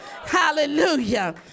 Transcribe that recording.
hallelujah